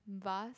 vase